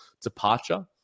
departure